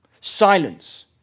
silence